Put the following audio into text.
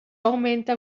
augmenta